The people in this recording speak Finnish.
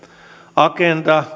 agenda